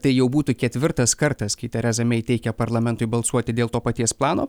tai jau būtų ketvirtas kartas kai tereza mei teikia parlamentui balsuoti dėl to paties plano